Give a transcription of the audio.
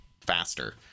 faster